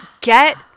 get